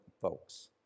folks